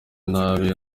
nabi